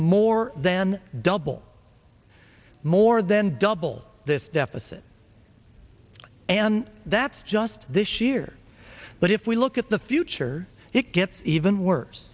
more than double more than double this deficit and that's just this year but if we look at the future it gets even worse